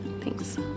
Thanks